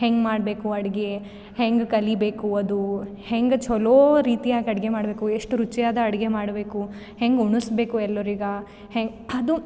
ಹೆಂಗೆ ಮಾಡಬೇಕು ಅಡ್ಗೆ ಹೆಂಗೆ ಕಲಿಬೇಕು ಅದು ಹೆಂಗೆ ಚಲೋ ರೀತಿಯಾಗಿ ಅಡುಗೆ ಮಾಡಬೇಕು ಎಷ್ಟು ರುಚಿಯಾದ ಅಡುಗೆ ಮಾಡಬೇಕು ಹೆಂಗೆ ಉಣಿಸ್ಬೇಕು ಎಲ್ಲರಿಗೆ ಹೆ ಅದು